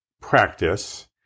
practice